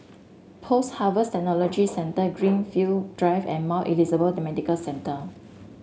Post Harvest Technology Centre Greenfield Drive and Mount Elizabeth Medical Centre